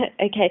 okay